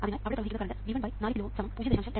അതിനാൽ അവിടെ പ്രവഹിക്കുന്ന കറണ്ട് V1 4 കിലോ Ω 0